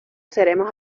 seremos